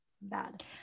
bad